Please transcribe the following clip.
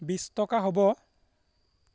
বিছ টকা হ'ব